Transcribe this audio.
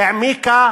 העמיקה